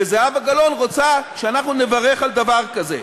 וזהבה גלאון רוצה שאנחנו נברך על דבר כזה.